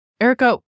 Erica